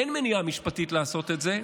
אין מניעה משפטית לעשות את זה,